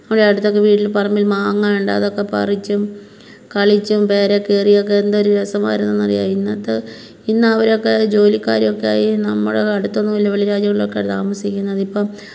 അവർ അടുത്തൊക്കെ വീട്ടിൽ പറമ്പിൽ മാങ്ങയുണ്ട് അതൊക്കെ പറിച്ചും കളിച്ചും പേരെ കയറിയക്കെ എന്തൊരു രസമായിരുന്നന്ന് അറിയാമോ ഇന്നത്തെ ഇന്ന് അവരൊക്കെ ജോലികര്യമൊക്കെ ആയി നമ്മുടെ അടുത്തൊന്നുല്ല വെളി രാജ്യങ്ങളിലൊക്കെ താമസിക്കുന്നതിപ്പം